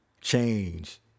change